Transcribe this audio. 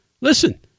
Listen